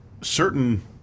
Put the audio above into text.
certain